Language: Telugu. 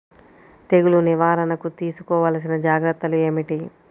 తెగులు నివారణకు తీసుకోవలసిన జాగ్రత్తలు ఏమిటీ?